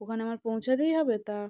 ওখানে আমার পৌঁছাতেই হবে তা